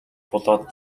болоод